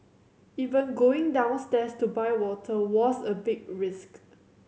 even going downstairs to buy water was a big risk